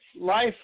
life